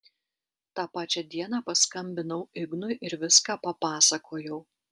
tą pačią dieną paskambinau ignui ir viską papasakojau